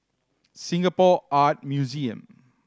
Singapore Art Museum